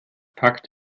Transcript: fakt